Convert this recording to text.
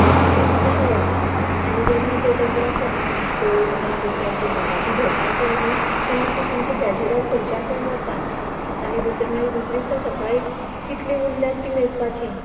अशें जाता आनी जेन्ना पळय तांकां हे कोण ती आमची वागाटी धरता पळय न्ही तेन्ना ती सामकी भेजडून खंयच्या खंय वतात आनी मागीर दुसरे दिसा सकाळीं कितलीं उरल्या तीं मेजपाची